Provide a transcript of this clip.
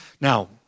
Now